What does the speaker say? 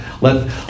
let